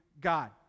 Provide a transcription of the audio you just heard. God